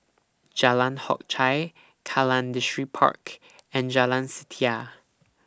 Jalan Hock Chye Kallang Distripark and Jalan Setia